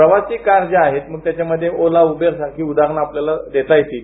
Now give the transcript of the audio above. प्रवासी कार ज्या आहेत याच्यामध्ये ओला उबेरची उदाहरण आपल्याला देता येतील